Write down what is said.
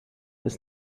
ist